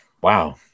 wow